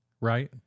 right